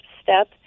step